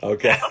Okay